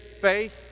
faith